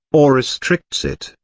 or restricts it,